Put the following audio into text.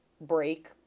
break